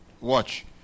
Watch